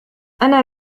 أنا